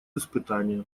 испытания